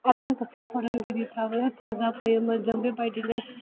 आरो लोगोसे फोरोंगिरिफोराबो हेफाजाब होयोमोन जों बेबायदिनो स्कुल